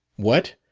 what?